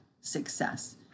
success